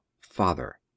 Father